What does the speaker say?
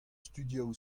studioù